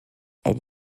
elle